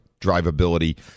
Drivability